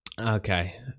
okay